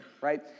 right